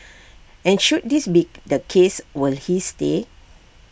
and should this be the case was he stay